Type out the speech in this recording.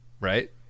right